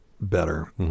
better